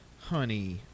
honey